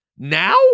now